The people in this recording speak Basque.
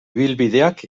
ibilbideak